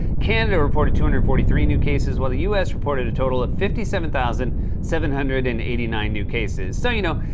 canada reported two hundred and forty three new cases, while the us reported a total of fifty seven thousand seven hundred and eighty nine new cases. so, you know,